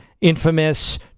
infamous